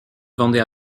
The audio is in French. vendait